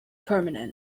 permanent